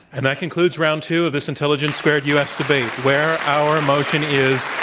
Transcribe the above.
and i concludes round two of this intelligence squared u. s. debate where our motion is,